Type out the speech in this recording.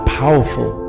powerful